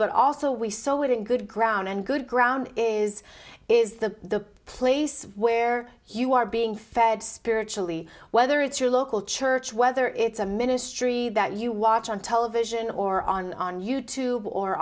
but also we saw it in good ground and good ground is is the place where you are being fed spiritually whether it's your local church whether it's a ministry that you watch on television or on on you t